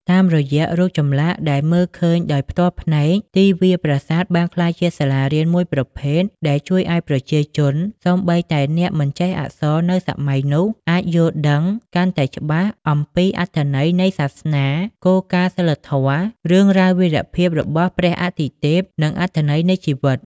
តាមរយៈរូបចម្លាក់ដែលមើលឃើញដោយផ្ទាល់ភ្នែក ទីវាលប្រាសាទបានក្លាយជា សាលារៀន មួយប្រភេទ ដែលជួយឲ្យប្រជាជន (សូម្បីតែអ្នកមិនចេះអក្សរនៅសម័យនោះ) អាច យល់ដឹងកាន់តែច្បាស់អំពីអត្ថន័យនៃសាសនា គោលការណ៍សីលធម៌ រឿងរ៉ាវវីរភាពរបស់ព្រះអាទិទេព និងអត្ថន័យនៃជីវិត។